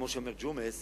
כמו שאומר ג'ומס,